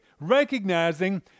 recognizing